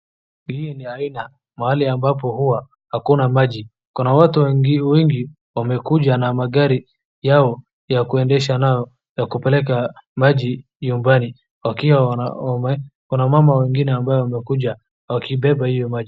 Hii ni aina mahali ambapo huwa hakuna maji, kuna watu wengi wamekuja na magari yao ya kuendesha nayo ya kupeleka maji nyumbani wakiwa wame, kuna mama wengine ambao wanakuja wakibeba hiyo maji.